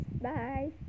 Bye